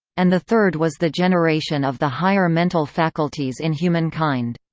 and the third was the generation of the higher mental faculties in humankind.